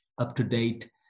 up-to-date